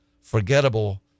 forgettable